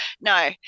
No